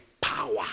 power